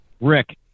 Rick